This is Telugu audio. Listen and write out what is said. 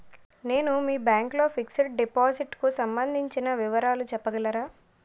నేను మీ బ్యాంక్ లో ఫిక్సడ్ డెపోసిట్ కు సంబందించిన వివరాలు చెప్పగలరా?